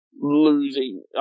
Losing